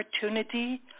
opportunity